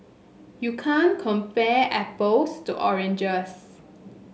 you can't compare apples to oranges